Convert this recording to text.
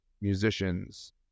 musicians